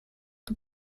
του